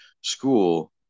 school